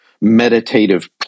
meditative